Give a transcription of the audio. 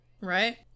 Right